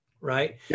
right